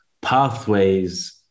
pathways